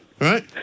right